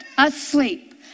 Asleep